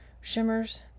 Shimmers